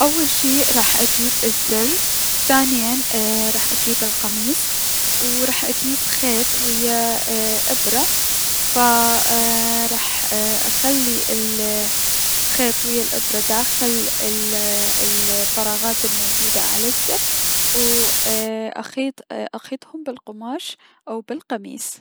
اول شي راح اجيب الزر، ثانيا ايي- راح اجيب القميص و راح اجيب الخيط ويا ابرة و راح اخلي الخيط ويا الأبرة داخل الفراغات الموجودة على الزر، و اخيط اي اخيطهم بلقماش او بلقميص.